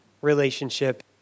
relationship